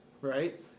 right